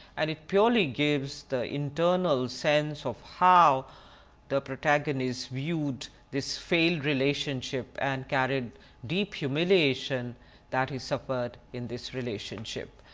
and it purely gives the internal sense of how the protagonist viewed this fail relationship and carried deep humiliation that he suffered in this relationship.